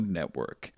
Network